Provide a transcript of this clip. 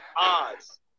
odds